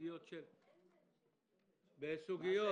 בסוגיות